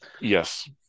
yes